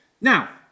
Now